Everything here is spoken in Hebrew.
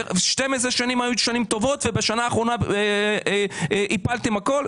ו-12 שנים היו שנים טובות ובשנה האחרונה הפלתם הכול,